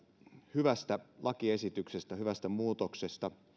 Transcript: hyvästä lakiesityksestä hyvästä muutoksesta